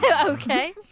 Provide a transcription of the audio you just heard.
Okay